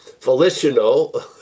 volitional